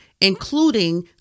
including